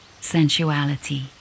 sensuality